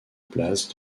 place